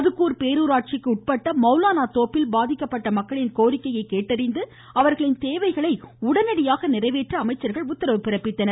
மதுக்கூர் பேரூராட்சிக்குட்பட்ட மவுலானா தோப்பில் பாதிக்கப்பட்ட மக்களின் கோரிக்கையை கேட்டறிந்து அவர்களின் தேவைகளை உடனடியாக நிறைவேற்ற அமைச்சர்கள் உத்தரவிட்டனர்